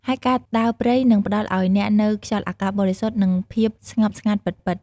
ហើយការដើរព្រៃនឹងផ្តល់ឲ្យអ្នកនូវខ្យល់អាកាសបរិសុទ្ធ និងភាពស្ងប់ស្ងាត់ពិតៗ។